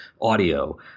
audio